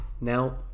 Now